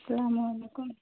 سلام علیکم